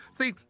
See